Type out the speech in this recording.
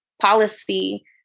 policy